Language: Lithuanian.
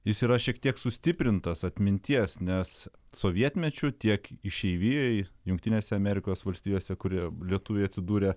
jis yra šiek tiek sustiprintas atminties nes sovietmečiu tiek išeivijoj jungtinėse amerikos valstijose kur e lietuviai atsidūrę